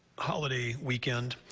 holiday weekend,